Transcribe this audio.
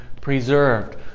preserved